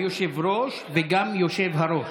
היושב-ראש וגם יושב-הראש,